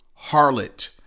Harlot